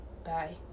Bye